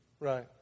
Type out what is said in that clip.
Right